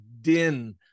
din